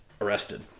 Arrested